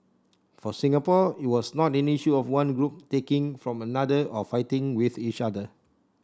for Singapore it was not an issue of one group taking from another or fighting with each other